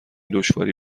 دشواری